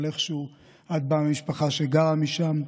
אבל איכשהו את באה ממשפחה שגרה שם,